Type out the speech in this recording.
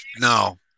no